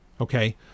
Okay